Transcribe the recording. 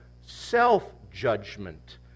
self-judgment